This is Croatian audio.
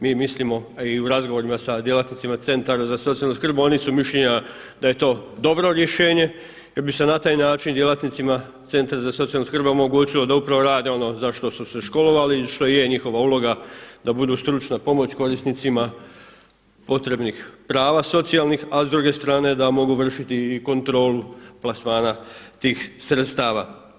Mi mislimo a i u razgovorima sa djelatnicima centara za socijalnu skrb oni su mišljenja da je to dobro rješenje jer bi se na taj način djelatnicima centra za socijalnu skrb omogućilo da upravo rade ono za šta su se školovali i što i je njihova uloga da budu stručna pomoć korisnicima potrebnih prava socijalnih a s druge strane da mogu vršiti i kontrolu plasmana tih sredstava.